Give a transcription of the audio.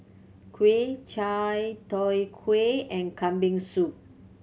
kuih Chai Tow Kuay and Kambing Soup